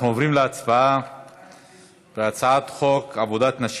אנחנו עוברים להצבעה על הצעת חוק עבודת נשים